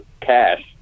cash